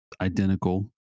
identical